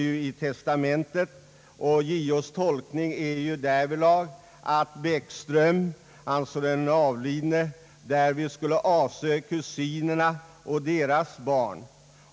JO:s tolkning är att den avlidne Bäckström därmed skulle avse kusinerna och deras barn.